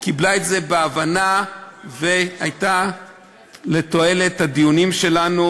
היא קיבלה זאת בהבנה והייתה לתועלת הדיונים שלנו.